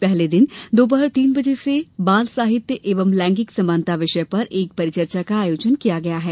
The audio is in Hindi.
पहले दिन दोपहर तीन बजे से बाल साहित्य एवं लैंगिक समानता विषय पर एक परिचर्चा का आयोजन किया गया है